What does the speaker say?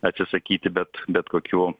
atsisakyti bet bet kokių